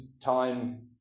time